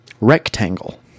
rectangle